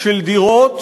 של דירות,